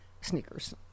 sneakers